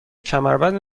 کمربند